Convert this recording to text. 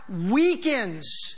weakens